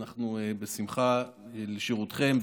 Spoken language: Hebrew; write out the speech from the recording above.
אנחנו בשמחה לשירותכם,